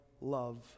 love